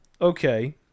Okay